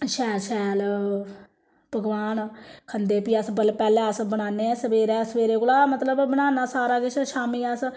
शैल शैल पकोआन खंदे फ्ही अस पैह् पैह्लें अस बनान्ने आं सवेरै सवेरै कोला मतलब बनाना सारा किश शामीं अस